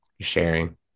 sharing